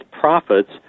profits